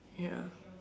ya